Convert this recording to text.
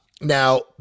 Now